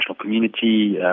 community